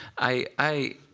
i